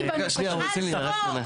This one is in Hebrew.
עד פה,